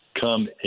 come